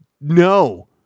No